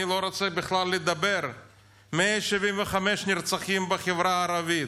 אני לא רוצה לדבר בכלל: 175 נרצחים בחברה הערבית,